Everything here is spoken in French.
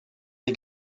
des